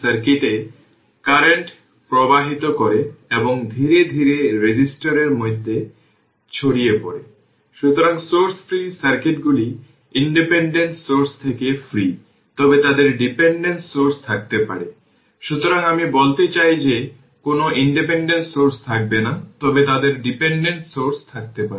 সুতরাং আমি বলতে চাই যে কোন ইন্ডিপেন্ডেন্ট সোর্স থাকবে না তবে তাদের ডিপেন্ডেন্ট সোর্স থাকতে পারে